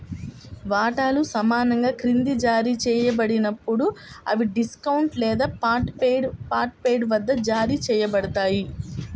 వాటాలు సమానంగా క్రింద జారీ చేయబడినప్పుడు, అవి డిస్కౌంట్ లేదా పార్ట్ పెయిడ్ వద్ద జారీ చేయబడతాయి